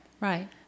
right